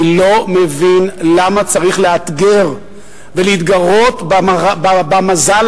אני לא מבין למה צריך לאתגר ולהתגרות במזל